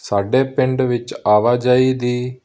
ਸਾਡੇ ਪਿੰਡ ਵਿੱਚ ਆਵਾਜਾਈ ਦੀ